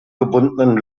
gebundenen